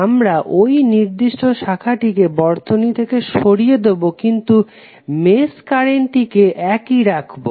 আমরা এই নির্দিষ্ট শাখাটিকে বর্তনী থেকে সরিয়ে দেবো কিন্তু মেশ কারেন্টটিকে একই রাখবো